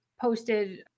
posted